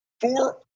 four